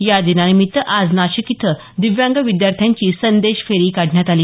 या दिनानिमित्त आज नाशिक इथं दिव्यांग विद्यार्थ्यांची संदेश फेरी काढण्यात आली